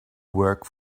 work